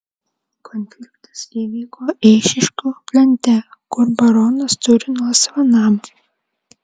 konfliktas įvyko eišiškių plente kur baronas turi nuosavą namą